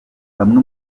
bamwe